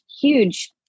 huge